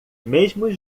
mesmos